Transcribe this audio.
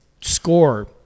score